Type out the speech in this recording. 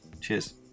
Cheers